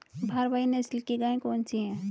भारवाही नस्ल की गायें कौन सी हैं?